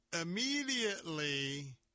immediately